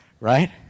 Right